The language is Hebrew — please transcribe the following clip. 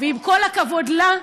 ועם כל הכבוד לה,